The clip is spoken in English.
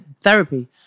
therapy